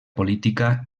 política